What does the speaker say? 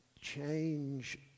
change